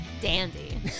Dandy